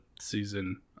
season